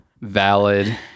Valid